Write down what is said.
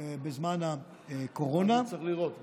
בזמן הקורונה, מה צריך לראות?